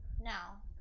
Now